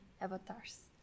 avatars